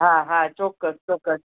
હા હા ચોક્કસ ચોક્કસ